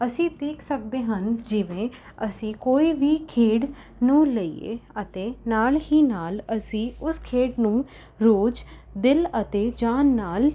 ਅਸੀਂ ਦੇਖ ਸਕਦੇ ਹਨ ਜਿਵੇਂ ਅਸੀਂ ਕੋਈ ਵੀ ਖੇਡ ਨੂੰ ਲਈਏ ਅਤੇ ਨਾਲ਼ ਹੀ ਨਾਲ਼ ਅਸੀਂ ਉਸ ਖੇਡ ਨੂੰ ਰੋਜ਼ ਦਿਲ ਅਤੇ ਜਾਨ ਨਾਲ